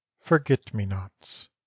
Forget-Me-Nots